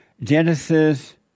Genesis